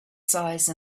size